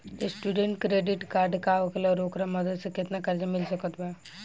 Student credit card का होखेला और ओकरा मदद से केतना कर्जा मिल सकत बा?